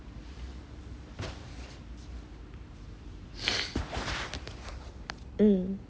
mm